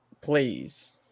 Please